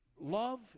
Love